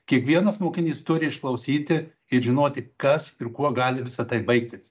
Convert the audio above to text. kiekvienas mokinys turi išklausyti ir žinoti kas ir kuo gali visa tai baigtis